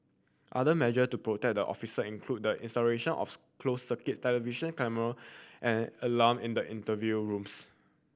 other measure to protect the officer include the installation of closed circuit television camera and alarm in the interview rooms